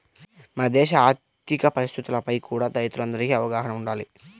మన దేశ ఆర్ధిక పరిస్థితులపై కూడా రైతులందరికీ అవగాహన వుండాలి